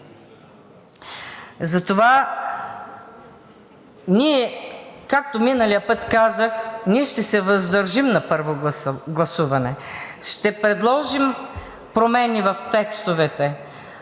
Затова ние, както миналия път казах, ще се въздържим на първо гласуване. Ще предложим промени в текстовете,